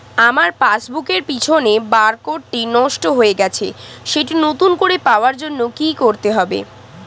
আমার পাসবুক এর পিছনে বারকোডটি নষ্ট হয়ে গেছে সেটি নতুন করে পাওয়ার জন্য কি করতে হবে?